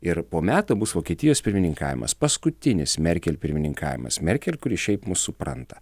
ir po metų bus vokietijos pirmininkavimas paskutinis merkel pirmininkavimas merkel kuri šiaip mus supranta